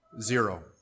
zero